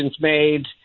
made